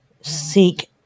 seek